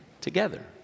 together